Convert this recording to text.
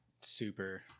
super